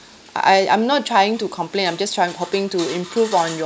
uh I I'm not trying to complain I'm just trying hoping to improve on your